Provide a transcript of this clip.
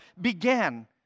began